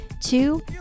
Two